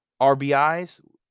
RBIs